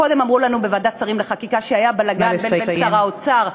קודם אמרו לנו בוועדת שרים לחקיקה שהיה בלגן בין שר האוצר,